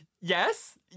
Yes